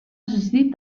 assistir